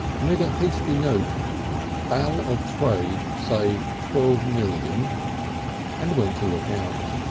made a hasty note bal. of trade say twelve million and went to look out.